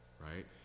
Right